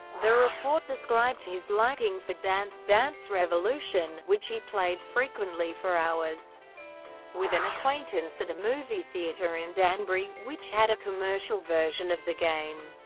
the report described his liking for dance dance revolution, which he played frequently for hours with an acquaintance at a movie movie theater in danbury which had a commercial version of the game,